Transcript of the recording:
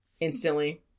Instantly